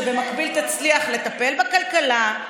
שבמקביל תצליח לטפל בכלכלה,